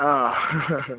अ ह ह ह